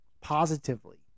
positively